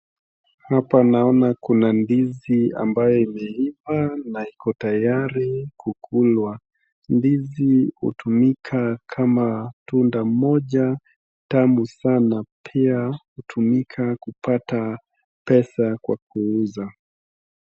Hapa naona kuna ndizi ambaye imeiva na iko tayari kukulwa. Ndizi hutumika kama tunda moja tamu sana, pia hutumika kupata pesa kwa kuuza.